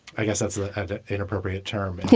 i guess that's the inappropriate term and